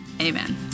Amen